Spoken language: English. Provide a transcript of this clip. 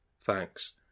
thanks